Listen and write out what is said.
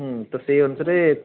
ହୁଁ ତ ସେଇ ଅନୁସାରେ